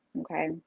okay